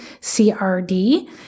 CRD